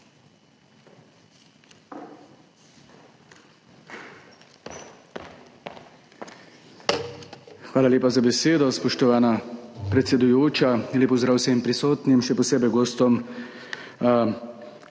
Hvala lepa za besedo, spoštovana predsedujoča. Lep pozdrav vsem prisotnim, še posebej gostom!